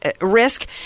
risk